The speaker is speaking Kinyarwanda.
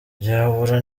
byabura